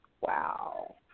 Wow